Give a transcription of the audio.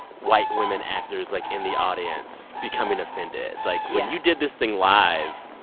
white women actors, like, in the audience becoming offended. like, when you did this thing live.